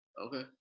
Okay